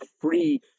free